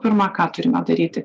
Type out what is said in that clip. pirma ką turime daryti